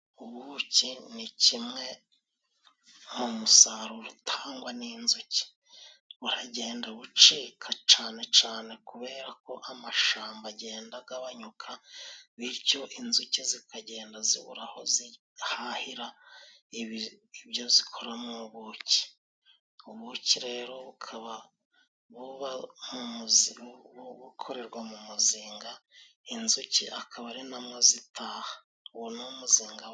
Ubuki ni kimwe mu musaruro utangwa n'inzuki .Buragenda bucika cane cane kubera ko amashamba agenda agabanyuka, bityo inzuki zikagenda zibura aho zihahira ibyo zikoramo ubuki .Ubuki rero bukaba buba gukorerwa mu muzinga, inzuki akaba ari namo zitaha uwo ni umuzinga.